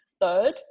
third